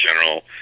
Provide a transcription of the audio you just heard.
general